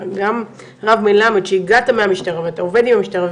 הרב מלמד שהגעת מהמשטרה ואתה עובד עם המשטרה,